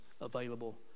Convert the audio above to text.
available